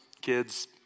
kids